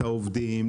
עובדים,